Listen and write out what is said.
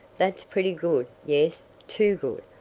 that's pretty good yes, too good.